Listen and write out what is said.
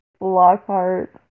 Lockhart